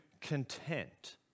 content